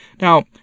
Now